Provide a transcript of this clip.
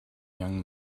young